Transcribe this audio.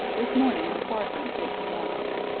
this morning the parson takes a drive.